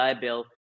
Bill